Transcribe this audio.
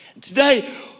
Today